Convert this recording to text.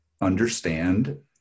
understand